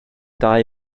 dau